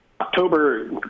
October